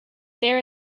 there